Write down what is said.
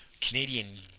Canadian